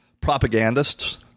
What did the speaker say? propagandists